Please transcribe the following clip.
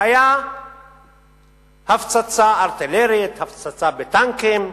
היה הפצצה ארטילרית, הפצצה בטנקים,